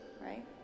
right